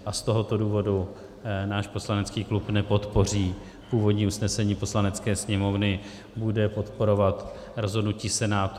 Z tohoto důvodu náš poslanecký klub nepodpoří původní usnesení Poslanecké sněmovny, bude podporovat rozhodnutí Senátu.